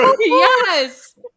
yes